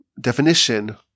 definition